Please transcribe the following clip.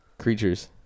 Creatures